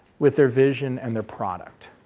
with their vision and their product.